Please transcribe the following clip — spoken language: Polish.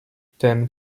tem